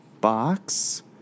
box